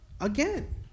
Again